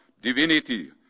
divinity